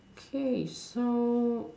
okay so